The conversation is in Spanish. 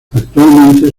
actualmente